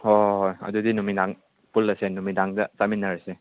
ꯍꯣꯏ ꯍꯣꯏ ꯍꯣꯏ ꯑꯗꯨꯗꯤ ꯅꯨꯃꯤꯗꯥꯡ ꯄꯨꯜꯂꯁꯦ ꯅꯨꯃꯤꯗꯥꯡꯗ ꯆꯥꯃꯤꯟꯅꯔꯁꯦ